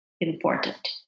important